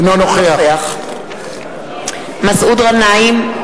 אינו נוכח מסעוד גנאים,